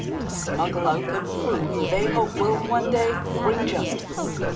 to smuggle out the proof they hope will one day bring justice.